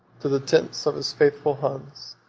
to the tents of his faithful huns.